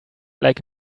like